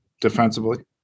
defensively